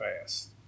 fast